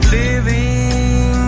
living